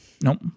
Nope